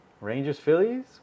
Rangers-Phillies